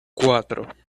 cuatro